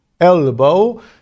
elbow